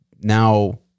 now